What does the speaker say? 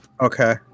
okay